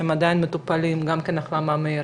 שהם עדיין מטופלים גם כן החלמה מהירה,